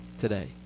today